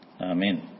Amen